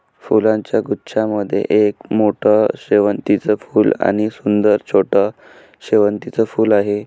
फुलांच्या गुच्छा मध्ये एक मोठं शेवंतीचं फूल आणि दुसर छोटं शेवंतीचं फुल आहे